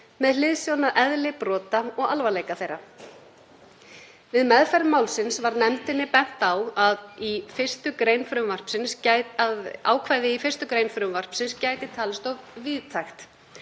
með hliðsjón af eðli brota og alvarleika þeirra. Við meðferð málsins var nefndinni bent á að ákvæðið í 1. gr. frumvarpsins gæti talist of víðtækt.